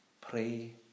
Pray